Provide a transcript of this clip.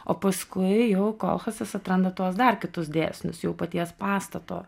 o paskui jau kolchasas atranda tuos dar kitus dėsnius jau paties pastato